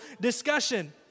discussion